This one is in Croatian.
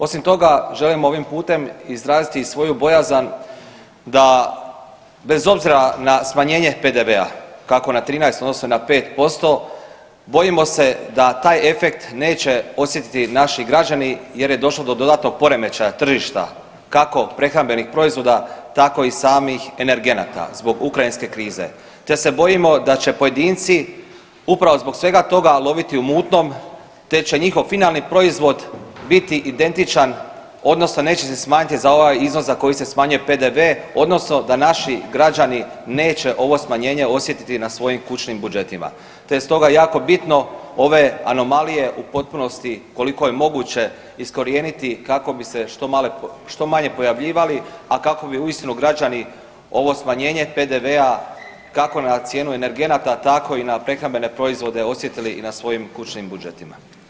Osim toga želim ovim putem izraziti i svoju bojazan da bez obzira na smanjenje PDV-a kako na 13 odnosno na 5% bojimo se da taj efekt neće osjetiti naši građani jer je došlo do dodatnog poremećaja tržišta, kako prehrambenih proizvoda tako i samih energenata zbog ukrajinske krize, te se bojimo da će pojedinci upravo zbog svega toga loviti u mutnom, te će njihov finalni proizvod biti identičan odnosno neće se smanjiti za ovaj iznos za koji se smanjuje PDV odnosno da naši građani neće ovo smanjenje osjetiti na svojim kućnim budžetima, te je stoga jako bitno ove anomalije u potpunosti koliko je moguće iskorijeniti kako bi se što manje pojavljivali, a kako bi uistinu građani ovo smanjenje PDV-a kako na cijenu energenata tako i na prehrambene proizvode osjetili i na svojim kućnim budžetima.